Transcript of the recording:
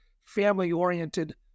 Family-oriented